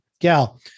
gal